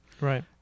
right